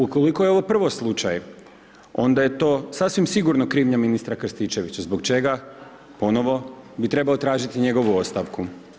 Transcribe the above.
Ukoliko je ovo prvo slučaj, onda je to sasvim sigurno krivanja ministra Krstičevića, zbog čega, ponovo bi trebao tražiti njegovu ostavku.